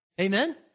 Amen